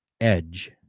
Edge